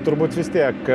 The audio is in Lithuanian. turbūt vis tiek